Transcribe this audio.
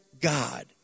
God